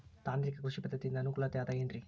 ತಾಂತ್ರಿಕ ಕೃಷಿ ಪದ್ಧತಿಯಿಂದ ಅನುಕೂಲತೆ ಅದ ಏನ್ರಿ?